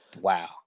Wow